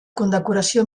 condecoració